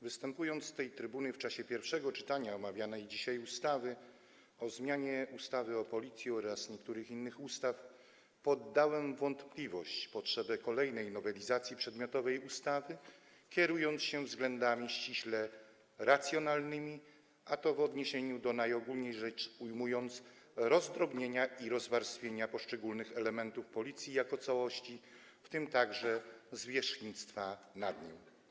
Występując, mówiąc z tej trybuny w czasie pierwszego czytania omawianej dzisiaj ustawy o zmianie ustawy o Policji oraz niektórych innych ustaw, podałem w wątpliwość potrzebę kolejnej nowelizacji przedmiotowej ustawy, kierując się względami ściśle racjonalnymi, w odniesieniu do - najogólniej rzecz ujmując - rozdrobnienia i rozwarstwienia poszczególnych elementów Policji jako całości, w tym także zwierzchnictwa nad nią.